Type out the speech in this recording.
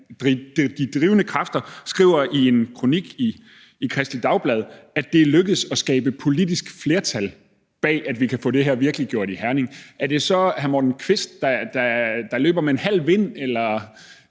de drivende kræfter, skriver i en kronik i Kristeligt Dagblad, at det er lykkedes at skabe et politisk flertal bag at man kan få det her virkeliggjort i Herning, er det så hr. Morten Kvist, der løber med en halv vind? Eller